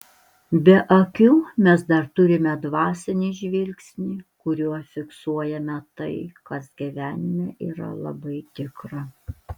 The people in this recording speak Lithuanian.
be akių mes dar turime dvasinį žvilgsnį kuriuo fiksuojame tai kas gyvenime yra labai tikra